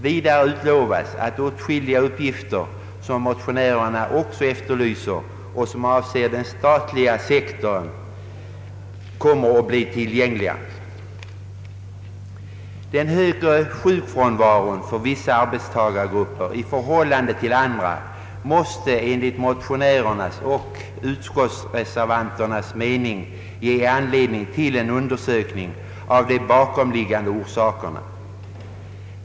Vidare utlovas att åtskilliga uppgifter som motionärerna efterlyst och som avser den statliga sektorn skall bli tillgängliga. Den högre sjukfrånvaron för vissa arbetstagargrupper i förhållande till andra måste enligt motionärernas och utskottsreservanternas mening ge anledning till en undersökning av de bakomliggande orsakerna.